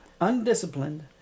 undisciplined